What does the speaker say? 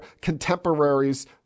contemporaries